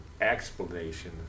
explanation